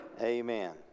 Amen